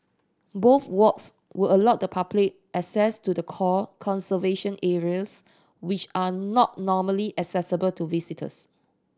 both walks will allow the public access to the core conservation areas which are not normally accessible to visitors